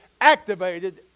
activated